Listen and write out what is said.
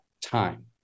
time